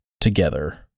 together